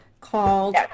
called